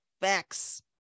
Facts